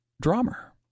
drummer